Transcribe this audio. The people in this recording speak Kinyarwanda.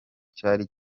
cyari